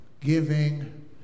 giving